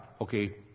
Okay